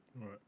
Right